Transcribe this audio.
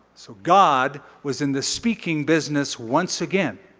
so god was in this speaking business once again.